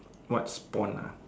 what's bond nah